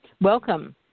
Welcome